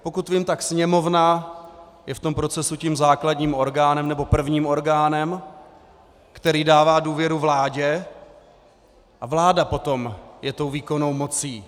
Pokud vím, tak Sněmovna je v tom procesu tím základním orgánem nebo prvním orgánem, který dává důvěru vládě, a vláda potom je tou výkonnou mocí.